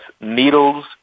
needles